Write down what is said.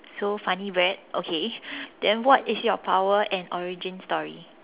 so funny bread okay then what is your power and origin story